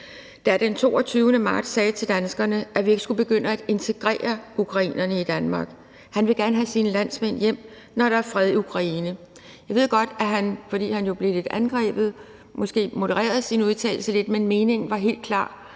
den 22. marts sagde til danskerne, at vi ikke skulle begynde at integrere ukrainerne i Danmark. Han vil gerne have sine landsmænd hjem, når der er fred i Ukraine. Jeg ved godt, at han, fordi han jo blev lidt angrebet, måske modererede sine udtalelser lidt, men meningen var helt klar,